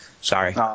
sorry